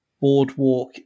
Boardwalk